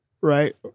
right